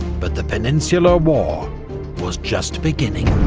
but the peninsular war was just beginning.